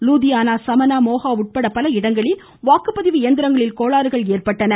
லூதியானா சமனா மோஹா ஆகிய இடங்களில் பல இடங்களில் வாக்குப்பதிவு இயந்திரங்களில் கோளாறுகள் ஏற்பட்டன